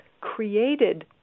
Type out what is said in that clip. created